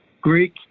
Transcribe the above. Greek